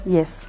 Yes